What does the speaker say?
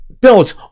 built